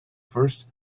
first